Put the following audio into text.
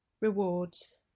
rewards